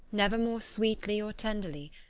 never more sweetly or tenderly,